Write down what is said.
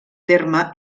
terme